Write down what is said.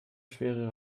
schwere